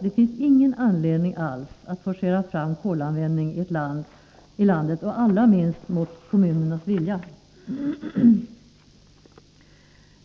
Det finns ingen anledning alls att forcera fram kolanvändning i landet, allra minst mot kommunernas vilja.